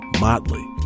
motley